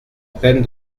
peine